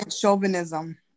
chauvinism